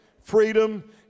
freedom